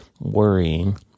worrying